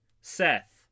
Seth